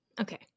Okay